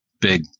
big